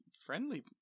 Friendly